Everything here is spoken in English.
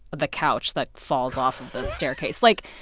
the couch that falls off of the staircase like,